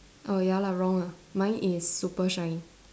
oh ya lah wrong lah mine is super shine